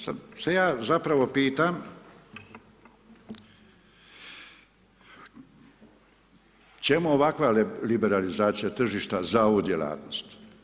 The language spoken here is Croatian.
Sada se ja zapravo pitam, čemu ovakva liberalizacija tržišta za ovu djelatnost?